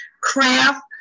craft